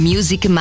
Music